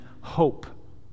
hope